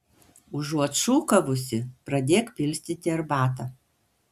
užuot šūkavusi pradėk pilstyti arbatą